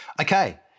Okay